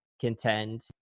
contend